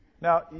Now